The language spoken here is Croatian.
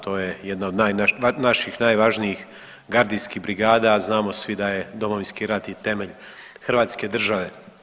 To je jedna od naših najvažnijih gardijskih brigada, a znamo svi da je Domovinski rat i temelj hrvatske države.